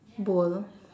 bowl